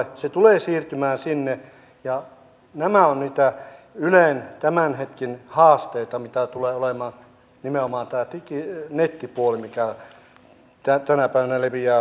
se tulee siirtymään sinne ja nämä ovat niitä ylen tämän hetken haasteita mitä tulee olemaan nimenomaan tämä nettipuoli mikä tänä päivänä leviää kulovalkean tavoin